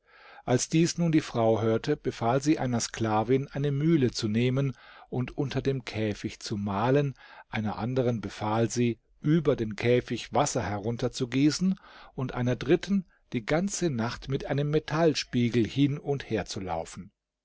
als dies nun die frau hörte befahl sie einer sklavin eine mühle zu nehmen und unter dem käfig zu mahlen einer anderen befahl sie über den käfig wasser herunter zu gießen und einer dritten die ganze nacht mit einem metallspiegel hin und her zu laufen